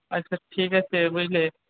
আচ্ছা ঠিক আছে বুঝলে